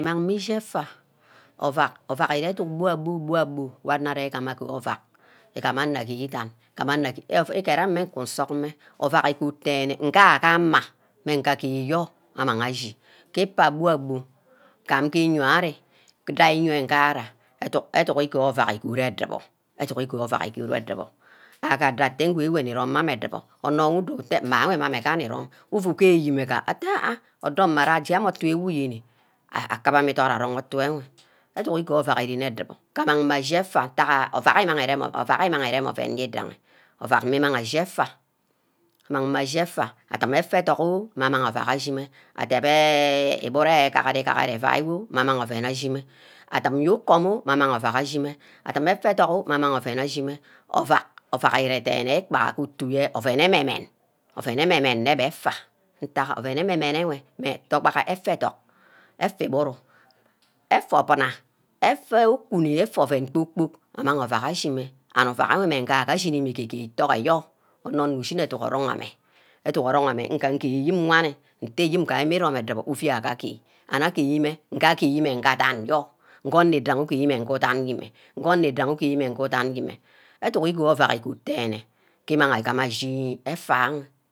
Imang mme ishi efa ovak ovak ire edunk gbu-abu wor anor arigama agear ovak, igama anor igaer idan, igama ane-ku asugmel, ovak igob dene nfabe ama menh nga gear yoi amang ashi ke igba bu-abu igam ngee iyoi ari idai iyoi nghara, edunk edunk igear ovak igob edubor, edunk igear ovak igod edubor aga-dowor atte ngewe nmi-rome meh ameh edubor anor-wor udowor atteh mmeh ameh meh nirum, ufu gear ayimeh gba atte ah ah odor mmara aje ameh utu wor iyeri akumor idoi arong utu enwe edunk igear orvak irenne edubor, amang mme ashi efa ntaghe ovak imang mmme, ovak imang ashi efa amang mme ashi efa adim eta ethok oh, mme amang ovak ashime Adebe iburu gabari-gahari evai yo amang oven ashimeh adim ukom oh amang ovak ashime adim eta etok oh amang ovak ashime ovak ovak ire dene ikpaha ke utu oven ememen oven eme men nne etah ntag oven eme-men enwe togaha efa adok ega iburu efa obina efa kunni efa oven kpor-kpoork amang ovak ashimeh and ovak wor mme ingaha ashimimeh egage, toh otyor anor-nor ushineh eduk orong ammeh edunk orong ammeh nga gear ayim-meh wanni nte gayi nmeh irome adubor ovey aka gee and ageeh mmeh nga geemeh nga adan your, ngo anor idaghi igemeh ngu idan mmeh, ngo onor igangi won gee idani-meh edunk igu obak igod debe keme inang ashi efa-ha